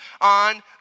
on